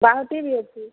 ବାହୁଟି ବି ଅଛି